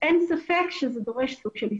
אין ספק שזה דורש סוג של הסתגלות.